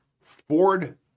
Ford